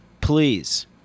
please